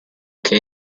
che